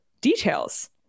details